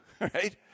right